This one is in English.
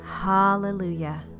Hallelujah